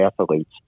athletes